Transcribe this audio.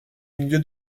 milieu